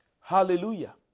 Hallelujah